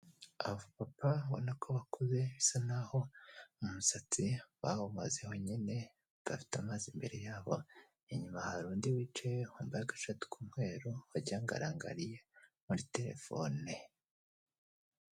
Abapapa abona ko bakuze bisa nkaho umusatsi bawumazeho nyine, bafite amazi imbere yabo, inyuma hari undi wicaye wambaye agashati k'umweru, wagira ngo arangariye muri telefone.